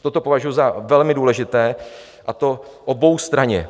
Toto považuji za velmi důležité, a to oboustranně.